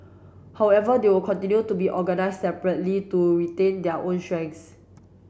however they will continue to be organised separately to retain their own strengths